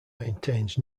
maintains